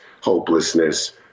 hopelessness